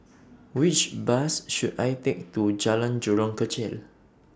Which Bus should I Take to Jalan Jurong Kechil